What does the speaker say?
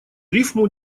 рифму